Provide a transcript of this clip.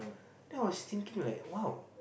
then I was thinking like !wow!